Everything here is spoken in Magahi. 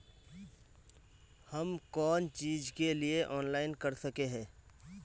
हम कोन चीज के लिए ऑनलाइन कर सके हिये?